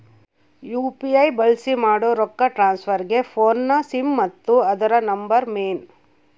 UPI ಬಳ್ಸಿ ಮಾಡೋ ರೊಕ್ಕ ಟ್ರಾನ್ಸ್ಫರ್ಗೆ ಫೋನ್ನ ಸಿಮ್ ಮತ್ತೆ ಅದುರ ನಂಬರ್ ಮೇನ್